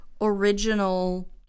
original